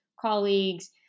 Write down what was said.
colleagues